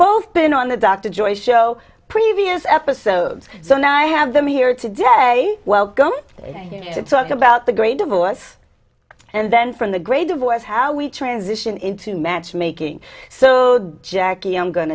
both been on the dr joy show previous episodes so now i have them here today welcome to talk about the great divorce and then from the gray divorce how we transition into matchmaking so jacki i'm going